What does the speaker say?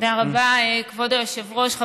תודה רבה, כבוד היושב-ראש.